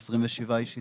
27 איש התאבדו.